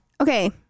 Okay